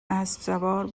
اسبسوار